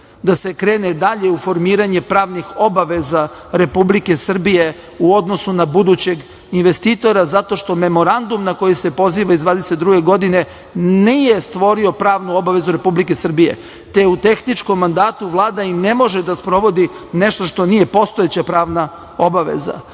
da se krene dalje u formiranje pravnih obaveza Republike Srbije, u odnosu na budućeg investitora zato što memorandum na koga se poziva iz 1922. godine, nije stvorio pravnu obavezu Republike Srbije, te u tehničkom mandatu Vlada i ne može da sprovodi nešto što nije postojeća pravna obaveza,